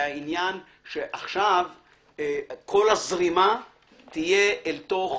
עכשיו כל הזרימה תהיה אל תוך